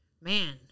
man